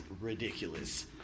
ridiculous